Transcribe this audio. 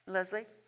Leslie